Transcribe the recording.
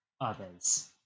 others